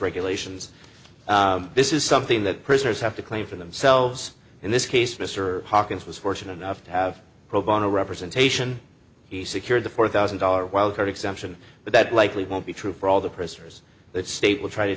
regulations this is something that prisoners have to claim for themselves in this case mr hawkins was fortunate enough to have pro bono representation he secured the four thousand dollars wildcard exemption but that likely won't be true for all the prisoners that state will try to